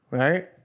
right